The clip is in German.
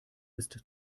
ist